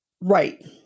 Right